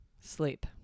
sleep